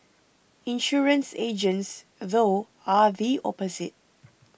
insurance agents though are the opposite